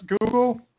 Google